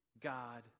God